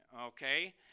okay